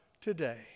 today